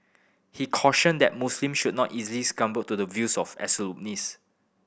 he cautioned that Muslims should not easily succumb to the views of absolutists